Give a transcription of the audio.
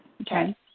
Okay